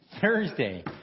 Thursday